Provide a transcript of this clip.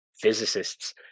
physicists